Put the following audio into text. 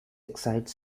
excite